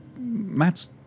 Matt's